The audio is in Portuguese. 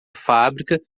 fábrica